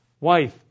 wife